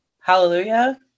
hallelujah